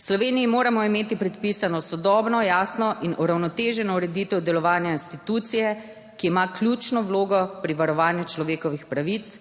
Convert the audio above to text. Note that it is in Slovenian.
V Sloveniji moramo imeti predpisano, sodobno, jasno in uravnoteženo ureditev delovanja institucije, ki ima ključno vlogo pri varovanju človekovih pravic,